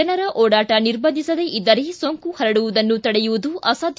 ಜನರ ಓಡಾಟ ನಿರ್ಬಂಧಿಸದೇ ಇದ್ದರೆ ಸೋಂಕು ಪರಡುವುದನ್ನು ತಡೆಯುವುದು ಅಸಾಧ್ಯ